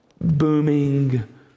booming